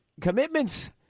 commitments